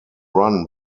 run